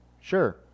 Sure